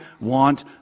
want